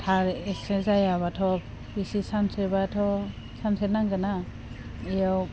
थार इसे जायाबाथ' इसे सानसेबाथ' सानस्रि नांगोनना इयाव